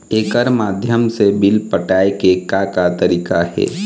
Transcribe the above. एकर माध्यम से बिल पटाए के का का तरीका हे?